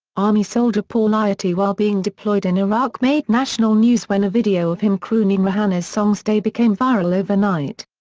army soldier paul ieti while being deployed in iraq made national news when a video of him crooning rihanna's song stay became viral overnight.